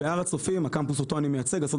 בהר הצופים הקמפוס אותו אני מייצג עשרות